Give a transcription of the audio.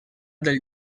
del